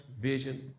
vision